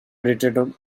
edited